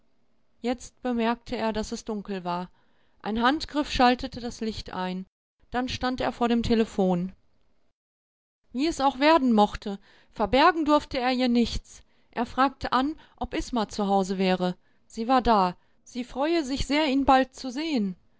jetzt bemerkte er daß es dunkel war ein handgriff schaltete das licht ein dann stand er vor dem telephon wie es auch werden mochte verbergen durfte er ihr nichts er fragte an ob isma zu hause wäre sie war da sie freue sich sehr ihn bald zu sehen